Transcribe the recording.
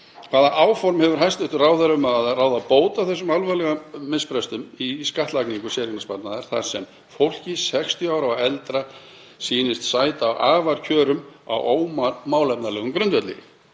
Hvaða áform hefur hæstv. ráðherra um að ráða bót á þessum alvarlega misbresti í skattlagningu séreignarsparnaðar þar sem fólk, 60 ára og eldra, sýnist sæta afarkjörum á ómálefnalegum grundvelli?